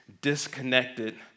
disconnected